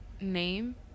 name